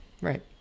Right